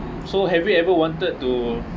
so have you ever wanted to